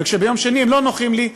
וכשביום שני הם לא נוחים לי,